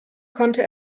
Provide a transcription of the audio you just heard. konnte